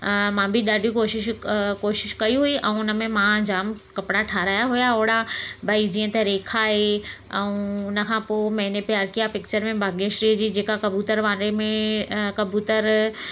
मां बि ॾाढियूं कोशिशूं अ कोशिशि कई हुई ऐं हुन में मां जाम कपिड़ा ठाराया हुया ओड़ा भाई जीअं त रेखा आहे ऐं उनखां पोइ मैंने प्यार किया पिक्चर में भाग्य श्री जी जेका कबूतर वारे में कबूतर